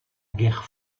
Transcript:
guerre